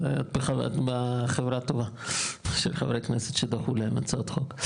את בחברה טובה של חברי כנסת שדחו להם הצעות חוק.